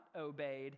obeyed